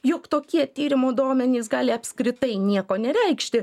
jog tokie tyrimo duomenys gali apskritai nieko nereikšti